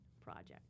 project